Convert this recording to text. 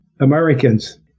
Americans